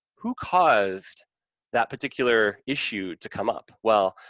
who caused that particular issue to come up? well,